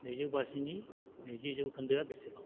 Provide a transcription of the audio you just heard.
नैजौ बाजिनि नैजि जौखोन्दोआ बेसेबां